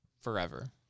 forever